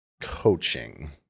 coaching